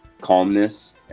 calmness